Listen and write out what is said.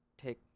take